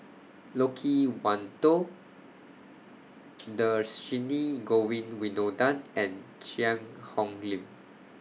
Loke Wan Tho Dhershini Govin Winodan and Cheang Hong Lim